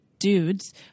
dudes